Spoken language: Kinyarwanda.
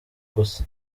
gusa